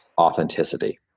authenticity